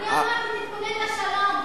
אני אמרתי: תתכונן לשלום,